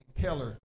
Keller